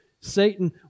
satan